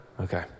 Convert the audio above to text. Okay